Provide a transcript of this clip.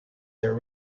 their